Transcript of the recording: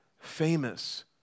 famous